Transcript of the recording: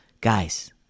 Guys